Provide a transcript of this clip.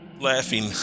laughing